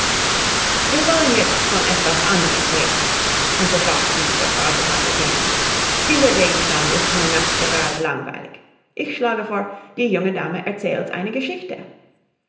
wir wollen jetzt von etwas anderem reden unterbrach sie der faselhase gähnend dieser gegenstand ist mir nachgerade langweilig ich schlage vor die junge dame erzählt eine geschichte